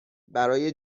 برای